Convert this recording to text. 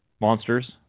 Monsters